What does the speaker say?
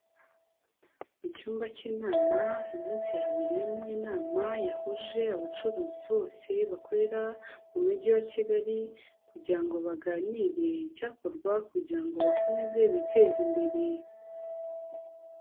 Mu cyumba cy'inama, uyu munsi habereyemo inama yahuje abacuruzi bose bakorera mu Mujyi wa Kigali kugira ngo baganire icyakorwa kugira ngo bakomeze biteze imbere.